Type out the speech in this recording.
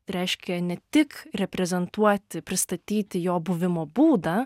reiškia ne tik reprezentuoti pristatyti jo buvimo būdą